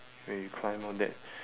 when we climb all that